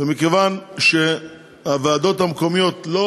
ומכיוון שהוועדות המקומיות לא